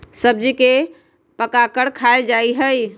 सब्जी के पकाकर खायल जा हई